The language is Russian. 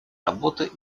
работы